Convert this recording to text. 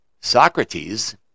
Socrates